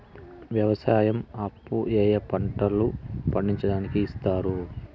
వ్యవసాయం అప్పు ఏ ఏ పంటలు పండించడానికి ఇస్తారు?